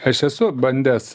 aš esu bandęs